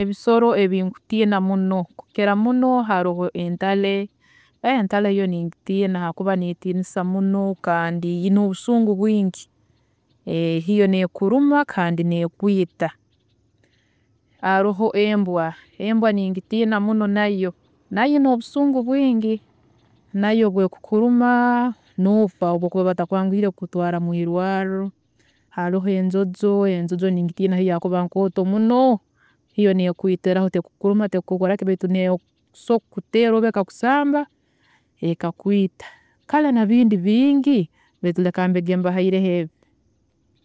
﻿Ebisoro ebinkutiina muno kukira muno haroho entare, entare yo ningitiina hakuba netiinisa muno kandi eyine obusungu bwingi, hiyo nekuruma kandi nekwiita, haroho embwa, embwa ningitiina muno nayo, nayo eyine obusungu bwingi, nayo obu ekukuruma nofwa, obu bakuba batakwanguhiire kukutwaara mwiirwaarro, haroho enjojo, enjojo ningitiina iyo habwokuba nkooto muno, iyo nekwiitiraho, tekukuruma, tekukukoraki baitu nesobola kukuteera oba ekakusamba ekakwiita, kare nabindi bingi baitu reka mbege mbahaireho ebi.